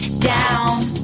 down